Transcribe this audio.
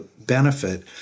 benefit